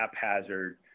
haphazard